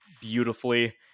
beautifully